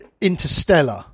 Interstellar